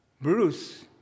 Bruce